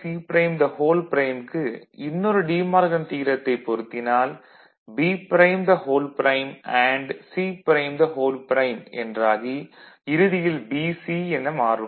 B' C" க்கு இன்னொரு De Morgan தியரத்தைப் பொருத்தினால் B" அண்டு C" என்றாகி இறுதியில் BC என மாறும்